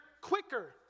quicker